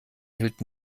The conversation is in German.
hält